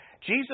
Jesus